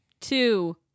two